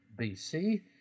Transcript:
BC